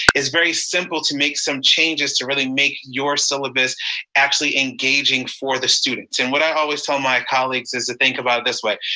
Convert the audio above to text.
it's very simple to make some changes, to really make your syllabus actually engaging for the students. and what i always tell my colleagues is to think about it this way,